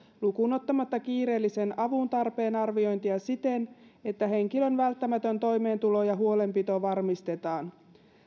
lukuun ottamatta kiireellisen avun tarpeen arviointia siten että henkilön välttämätön toimeentulo ja huolenpito varmistetaan